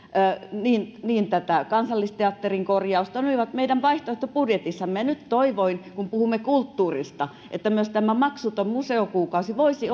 niin veteraanipuolta kuin kansallisteatterin korjausta ne olivat meidän vaihtoehtobudjetissamme ja nyt toivoin kun puhumme kulttuurista että myös tämä maksuton museokuukausi voisi